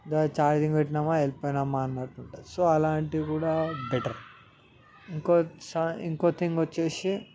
దా charging పెట్టినామా వెళ్ళిపోయినామా అన్నట్టు ఉంటుంది సో అలాంటివి కూడా బెటర్ ఇంకో చ ఇంకో తింగ్ వచ్చేసి